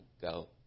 go